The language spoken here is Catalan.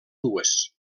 dues